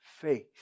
faith